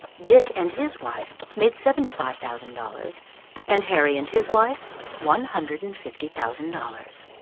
dick and his wife made seventy five thousand dollars and harry and his wife, one hundred and fifty thousand dollars.